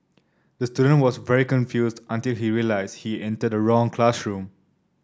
the student was very confused until he realised he entered the wrong classroom